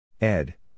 Ed